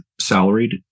salaried